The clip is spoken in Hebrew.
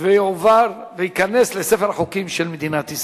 עשרה בעד, אין מתנגדים ואין נמנעים.